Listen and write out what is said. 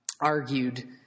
argued